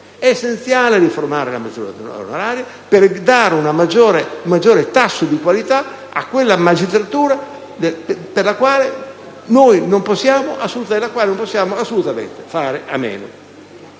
problema e riformare la magistratura onoraria per garantire un maggior tasso di qualità a quella magistratura della quale non possiamo assolutamente fare a meno.